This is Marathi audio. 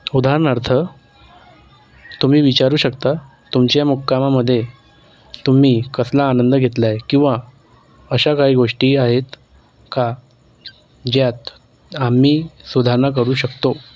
उदाहरणार्थ तुम्ही विचारू शकता तुमच्या मुक्कामामध्ये तुम्ही कसला आनंद घेतला आहे किंवा अशा काही गोष्टी आहेत का ज्यात आम्ही सुधारणा करू शकतो